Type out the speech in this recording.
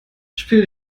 spiel